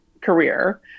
career